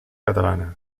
catalana